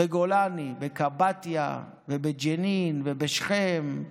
בקבאטיה, בג'נין, בשכם,